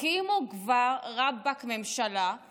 תקימו כבר ממשלה, רבאק.